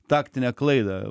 taktinę klaidą